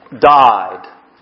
died